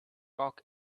cock